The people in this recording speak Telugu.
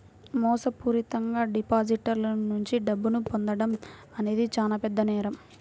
మోసపూరితంగా డిపాజిటర్ల నుండి డబ్బును పొందడం అనేది చానా పెద్ద నేరం